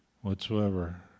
whatsoever